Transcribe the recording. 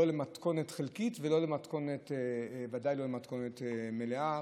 לא למתכונת חלקית, וודאי לא למתכונת מלאה.